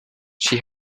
she